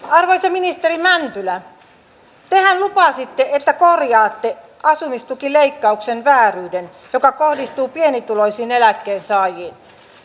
arvoisa ministeri mäntylä tehän lupasitte että korjaatte asumistukileikkauksen vääryyden joka kohdistuu pienituloisiin eläkkeensaajiin